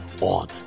on